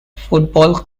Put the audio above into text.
football